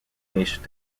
nation